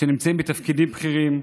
שנמצאים בתפקידים בכירים,